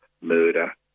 murder